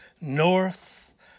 north